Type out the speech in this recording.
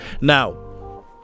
Now